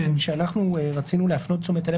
כשאנחנו רצינו להפנות את תשומת הלב,